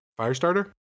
Firestarter